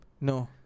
No